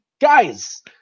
Guys